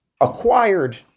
acquired